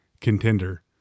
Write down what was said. contender